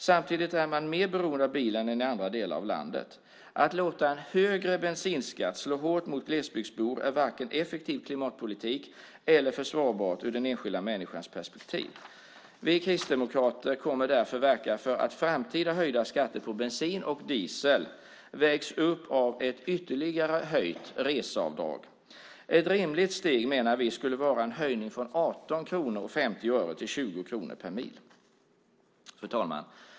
Samtidigt är man mer beroende av bilen än i andra delar av landet. Att låta en högre bensinskatt slå hårt mot glesbygdsbor är varken effektiv klimatpolitik eller försvarbart ur den enskilda människans perspektiv. Vi kristdemokrater kommer därför att verka för att framtida höjda skatter på bensin och diesel vägs upp av ett ytterligare höjt reseavdrag. Ett rimligt steg, menar vi, skulle vara en höjning från 18:50 till 20 kronor per mil. Fru talman!